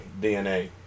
DNA